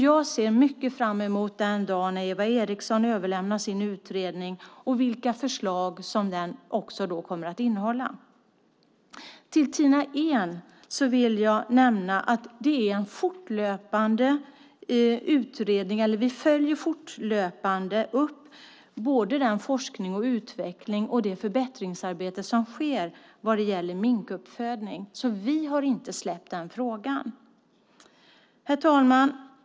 Jag ser mycket fram emot den dag då Eva Eriksson överlämnar sin utredning och mot de förslag som den kommer att innehålla. Till Tina Ehn vill jag säga att vi fortlöpande följer upp både den forskning och utveckling och det förbättringsarbete som sker när det gäller minkuppfödning. Vi har inte släppt den frågan. Herr talman!